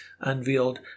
unveiled